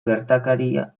gertakaria